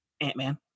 Ant-Man